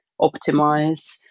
optimize